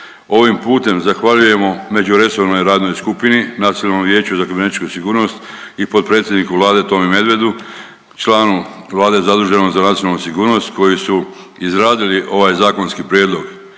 Ovim putem zahvaljujemo međuresornoj radnoj skupini, Nacionalnom vijeću za kibernetičku sigurnost i potpredsjedniku Vlade Tomi Medvedu, članu Vlade zaduženog za nacionalnu sigurnost koji su izradili ovaj zakonski prijedlog.